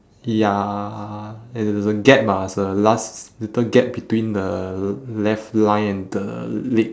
ya and there's a gap ah it's a last little gap between the left line and the leg